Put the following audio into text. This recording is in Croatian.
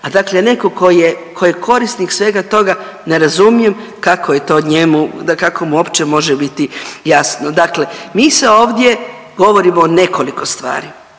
a dakle neko ko je korisnik svega toga ne razumijem kako je to njemu dakako mu opće može biti jasno. Dakle, mi se ovdje govorimo o nekoliko stvari